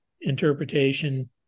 interpretation